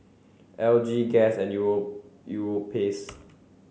L G Guess and Europace